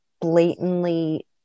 blatantly